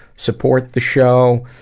support the show,